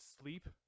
sleep